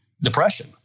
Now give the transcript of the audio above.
depression